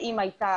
האם הייתה